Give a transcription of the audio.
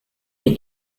been